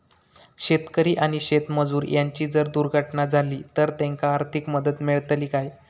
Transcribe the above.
शेतकरी आणि शेतमजूर यांची जर दुर्घटना झाली तर त्यांका आर्थिक मदत मिळतली काय?